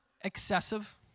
excessive